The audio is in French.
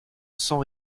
sans